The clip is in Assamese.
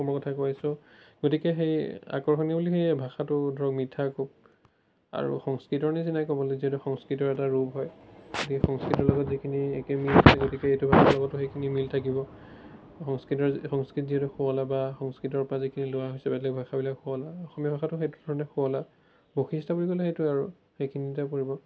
অসমৰ কথাই কৈ আছো গতিকে সেই আকৰ্ষণীয় বুলি সেই ভাষাটো ধৰক মিঠা খুব আৰু সংস্কৃতৰ নিচিনাই ক'বলৈ যিহেতু সংস্কৃতৰ এটা ৰূপ হয় গতিকে সংস্কৃতৰ লগত যিখিনি একে মিল আছে গতিকে এইটো ভাষাৰ লগতো এইখিনি মিল থাকিব সংস্কৃতৰ সংস্কৃত যিটো শুৱলা বা সংস্কৃতৰ পৰা যিখিনি লোৱা হৈছে বেলেগ ভাষাবিলাক শুৱলা অসমীয়া ভাষাটো সেইটো ধৰণে শুৱলা বৈশিষ্ট্য় বুলি ক'লে সেইটোৱেই আৰু সেইখিনিতে পৰিব